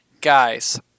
Guys